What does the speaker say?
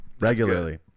regularly